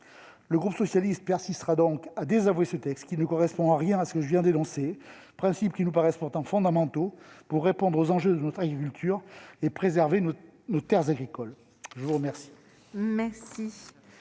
et Républicain persistera donc à désavouer ce texte qui ne correspond en rien aux principes je viens d'énoncer, lesquels nous paraissent pourtant fondamentaux pour répondre aux enjeux de notre agriculture et préserver nos terres agricoles. Mes chers